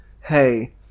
hey